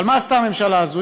אבל מה עשתה הממשלה הזאת?